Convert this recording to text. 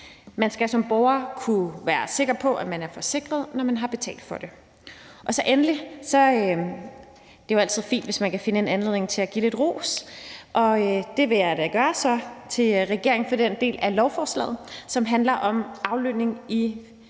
Man skal som borger kunne være sikker på, at man er forsikret, når man har betalt for det. Endelig er det jo altid fint, hvis man kan finde en anledning til at give lidt ros, og det vil jeg da gøre til regeringen for den del af lovforslaget, som handler om aflønning i